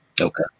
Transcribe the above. Okay